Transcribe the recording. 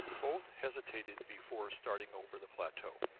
both hesitated before starting over the plateau.